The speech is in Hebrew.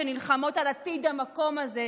שנלחמים על עתיד המקום הזה,